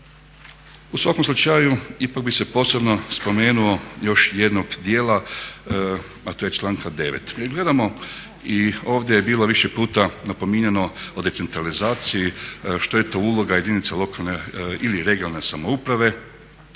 U svakom slučaju ipak bih se posebno spomenuo još jednog dijel, a to je članka 9. Gledamo i ovdje je bilo više puta napominjano o decentralizaciji, što je to uloga jedinice lokalne ili regionalne samouprave